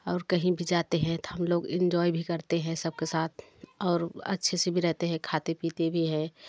और कहीं भी जाते हैं तो हम लोग इंजॉय भी करते हैं सबके साथ और अच्छे से भी रहते हैं खाते पीते भी हैं